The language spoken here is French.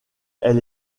elle